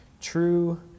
true